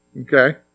Okay